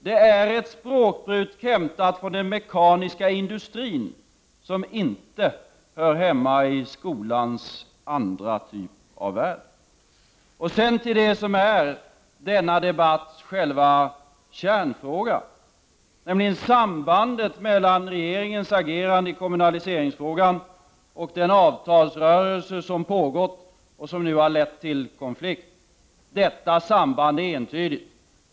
Det är ett språkbruk hämtat från den mekaniska industrin, som inte hör hemma i skolans andra typ av värld. Sedan till det som är denna debatts själva kärnfråga, nämligen sambandet mellan regeringens agerande i kommunaliseringsfrågan och den avtalsrörelse som pågår och som nu har lett till konflikt. Detta samband är entydigt.